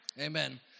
Amen